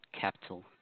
Capital